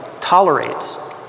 tolerates